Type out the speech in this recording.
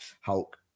Hulk